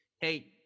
Hey